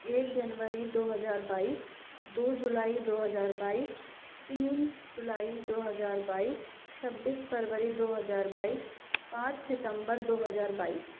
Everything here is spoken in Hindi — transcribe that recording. एक जनवरी दो हजार बाईस दो जुलाई दो हजार बाईस तीन जुलाई दो हजार बाईस छब्बीस फरवरी दो हजार बाईस पाँच सितम्बर दो हजार बाईस